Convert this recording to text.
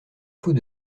faut